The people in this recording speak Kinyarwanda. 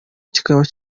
kikaba